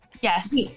Yes